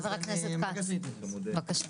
חבר הכנסת כץ, בבקשה.